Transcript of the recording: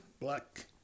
black